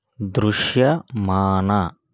దృశ్యమాన